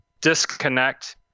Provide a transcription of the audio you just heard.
disconnect